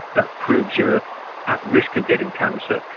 that proves you are at risk of getting cancer.